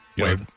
Wait